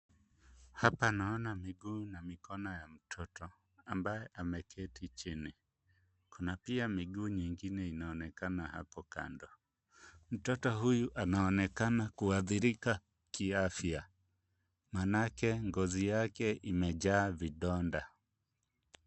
Hap anaona miguu na mikono ya mtoto ambaye ameketi chini. Kuna pia miguu nyingine inaonekana hapo kando. Mtoto huyu anaonekana kuathirika kiafya maanake ngozi yake imejaa vidonda.